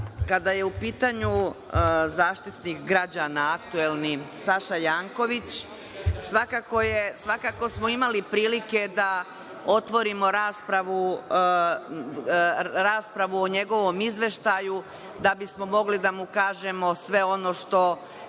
reči. Kada je u pitanju Zaštitnik građana, aktuelni, Saša Janković, svakako smo imali prilike da otvorimo raspravu o njegovom izveštaju da bismo mogli da mu kažemo sve ono što